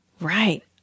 right